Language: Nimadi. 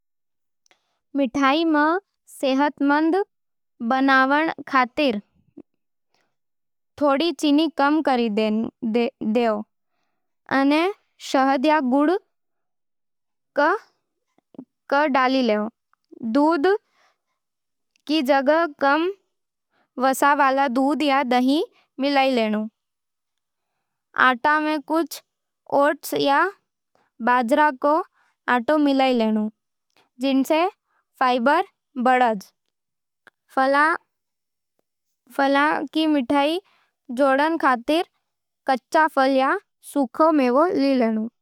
मिठाई ने सेहतमंद बनावण खातर, थोड़ो चीनी कम कर दे, अने शहद या गुड़ नी जगह ले। दूध नी जगह कम वसा वाला दूध या दही मिलाव लेनु। आटा में कुछ ओट्स या बाजरे को आटा मिलाव, जिणसें फाइबर बढ़े। फलां नी मिठास जोड़ण खातर, कच्चा फल या सूखे मेवा ली लेनु।